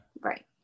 Right